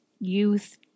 youth